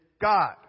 God